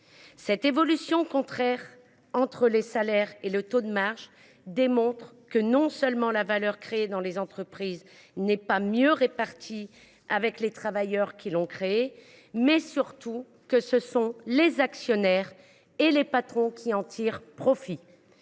Cette évolution contraire entre salaires et taux de marge démontre non seulement que la valeur créée dans les entreprises n’est pas mieux répartie et ne bénéficie pas davantage aux travailleurs qui l’ont créée, mais surtout que ce sont les actionnaires et les patrons qui en tirent profit.